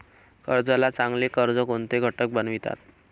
कर्जाला चांगले कर्ज कोणते घटक बनवितात?